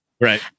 Right